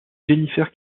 jennifer